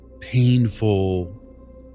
painful